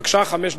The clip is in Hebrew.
בבקשה, חמש דקות.